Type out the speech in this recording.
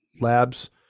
labs